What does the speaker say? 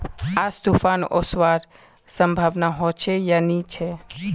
आज तूफ़ान ओसवार संभावना होचे या नी छे?